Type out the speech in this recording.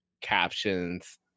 captions